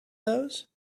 those